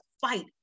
fight